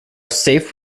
safe